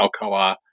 Alcoa